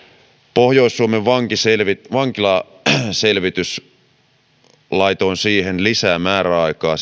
pohjois suomen vankilaselvitys vankilaselvitys laitoin siihen selvitykseen lisää määräaikaa